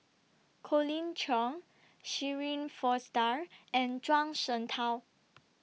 Colin Cheong Shirin Fozdar and Zhuang Shengtao